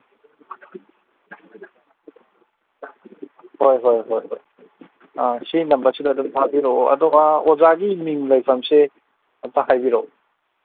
ꯍꯣꯏ ꯍꯣꯏ ꯍꯣꯏ ꯍꯣꯏ ꯑ ꯁꯤ ꯅꯝꯕꯔꯁꯤꯗ ꯑꯗꯨꯝ ꯊꯥꯕꯤꯔꯛꯑꯣ ꯑꯗꯨ ꯑꯣꯖꯥꯒꯤ ꯃꯤꯡ ꯂꯩꯐꯝꯁꯦ ꯑꯝꯇ ꯍꯥꯏꯕꯤꯔꯛꯎ